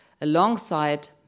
Alongside